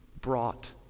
brought